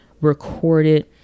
recorded